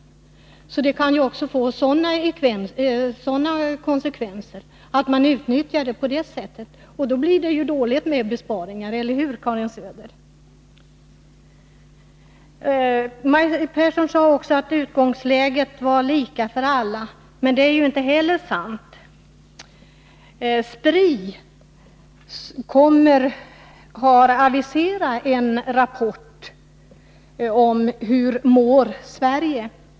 Konsekvenserna kan alltså bli att man utnyttjar slopandet av fridagsregeln på det sättet. Och då blir det dåligt med besparingar, eller hur, Karin Söder? Maj Pehrsson sade också att utgångsläget är lika för alla, men det är inte heller sant. SPRI har aviserat en rapport med rubriken ”Hur mår du Sverige?”.